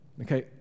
Okay